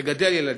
לגדל ילדים.